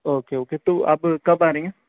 okay okay تو آپ کب آ رہی ہیں